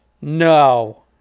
No